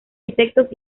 insectos